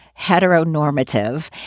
heteronormative